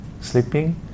Sleeping